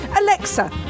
Alexa